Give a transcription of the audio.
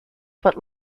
but